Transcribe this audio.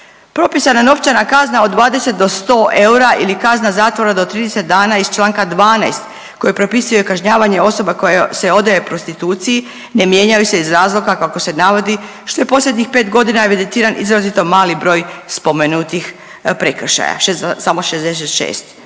Propisana novčana kazna od 20 do 100 eura ili kazna zatvora do 30 dana iz Članka 12. koji propisuje kažnjavanje osoba koja se odaje prostituciji ne mijenjaju se iz razloga kako se navodi što je posljednjih 5 godina evidentiran izrazito mali broj spomenutih prekršaja,